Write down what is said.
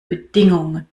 bedingungen